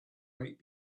might